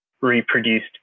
reproduced